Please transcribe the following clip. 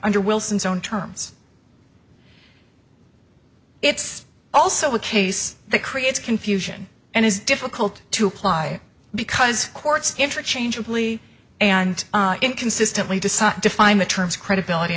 under wilson's own terms it's also a case that creates confusion and is difficult to apply because courts interchangeably and inconsistently decide define the terms credibility